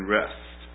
rest